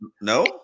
No